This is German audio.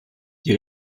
die